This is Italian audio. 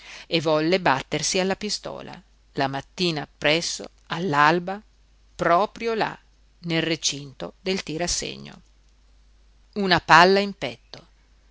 e volle battersi alla pistola la mattina appresso all'alba proprio là nel recinto del tir'a segno una palla in petto